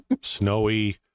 snowy